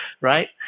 right